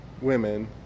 women